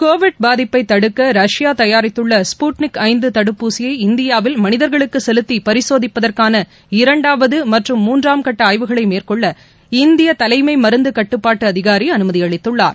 Covid பாதிப்பைத் தடுக்க Russia தயாரித்துள்ள ஸ்புட்னிக் ஐந்து தடுப்பூசியை இந்தியாவில் மனிதர்களுக்குச் செலுத்தி பரிசோதிப்பதற்கான இரண்டாவது மற்றும் மூன்றாம் கட்ட ஆய்வுகளை மேற்கொள்ள இந்திய தலைமை மருந்துக் கட்டுப்பாட்டு அதிகாரி அனுமதியளித்துள்ளார்